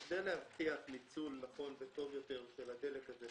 כדי להבטיח ניצול נכון וטוב יותר של הדלק הזה,